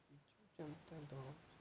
ବିଜୁ ଜନତା ଦଳ